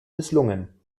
misslungen